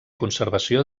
conservació